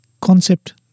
concept